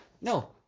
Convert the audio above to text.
No